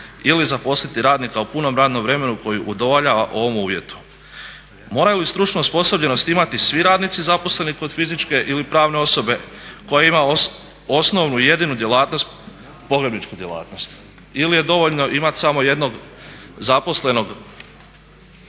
ili zaposliti radnika u punom radnom vremenu koji udovoljava ovom uvjetu. Moraju li stručnu osposobljenost imati svi radnici zaposleni kod fizičke ili pravne osobe koja ima osnovnu i jedinu djelatnost, pogrebničku djelatnost? Ili je dovoljno imati samo jednog zaposlenog